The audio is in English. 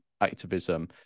activism